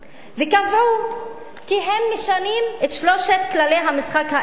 וקבעו כי הן משנות את שלושת כללי המשחק האלה,